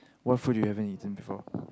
what food you haven eating before